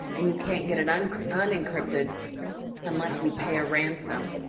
and you can't get it and unencrypted unless you pay a ransom,